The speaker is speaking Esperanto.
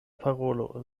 parolo